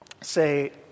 say